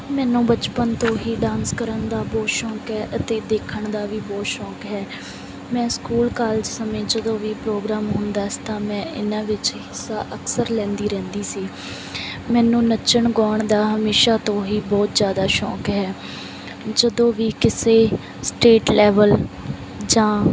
ਮੈਨੂੰ ਬਚਪਨ ਤੋਂ ਹੀ ਡਾਂਸ ਕਰਨ ਦਾ ਬਹੁਤ ਸ਼ੌਂਕ ਹੈ ਅਤੇ ਦੇਖਣ ਦਾ ਵੀ ਬਹੁਤ ਸ਼ੌਂਕ ਹੈ ਮੈਂ ਸਕੂਲ ਕਾਲਜ ਸਮੇਂ ਜਦੋਂ ਵੀ ਪ੍ਰੋਗਰਾਮ ਹੁੰਦਾ ਸੀ ਤਾਂ ਮੈਂ ਇਹਨਾਂ ਵਿੱਚ ਹਿੱਸਾ ਅਕਸਰ ਲੈਂਦੀ ਰਹਿੰਦੀ ਸੀ ਮੈਨੂੰ ਨੱਚਣ ਗਾਉਣ ਦਾ ਹਮੇਸ਼ਾਂ ਤੋਂ ਹੀ ਬਹੁਤ ਜ਼ਿਆਦਾ ਸ਼ੌਂਕ ਹੈ ਜਦੋਂ ਵੀ ਕਿਸੇ ਸਟੇਟ ਲੈਵਲ ਜਾਂ